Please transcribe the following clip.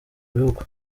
bihugu